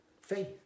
faith